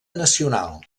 nacional